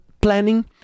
planning